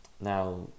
Now